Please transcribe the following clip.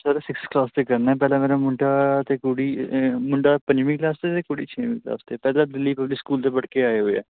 sir six class 'ਤੇ ਕਰਨਾ ਪਹਿਲਾਂ ਮੇਰਾ ਮੁੰਡਾ ਅਤੇ ਕੁੜੀ ਮੁੰਡਾ ਪੰਜਵੀਂ ਕਲਾਸ 'ਚ ਕੁੜੀ ਛੇਵੀਂ ਕਲਾਸ 'ਚ ਪਹਿਲਾਂ ਦਿੱਲੀ ਪਬਲਿਕ ਸਕੂਲ ਦੇ ਪੜ੍ਹ ਕੇ ਆਏ ਹੋਏ ਆ